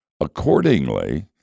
accordingly